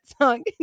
song